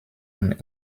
und